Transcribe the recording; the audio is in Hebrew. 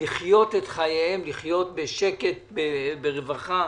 לחיות את חייהם, לחיות בשקט, ברווחה,